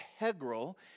integral